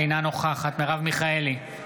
אינה נוכחת מרב מיכאלי,